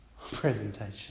presentation